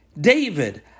David